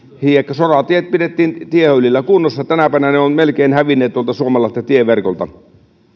soratiet pidettiin tiehöylillä kunnossa tänä päivänä ne ovat melkein hävinneet suomalaisten tieverkolta